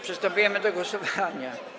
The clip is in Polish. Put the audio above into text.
Przystępujemy do głosowania.